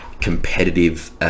competitive